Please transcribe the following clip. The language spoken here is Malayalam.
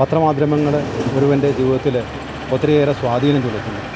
പത്രമാധ്യമങ്ങള് ഒരുവൻ്റെ ജീവിതത്തില് ഒത്തിരിയേറെ സ്വാധീനം ചെലുത്തുന്നു